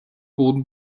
boden